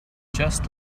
just